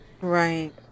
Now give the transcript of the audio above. Right